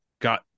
got